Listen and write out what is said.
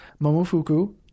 Momofuku